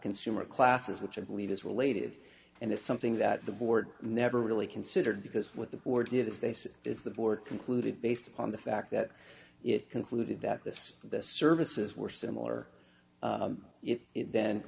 consumer classes which i believe is related and it's something that the board never really considered because with the board of this case is the board concluded based upon the fact that it concluded that this services were similar it then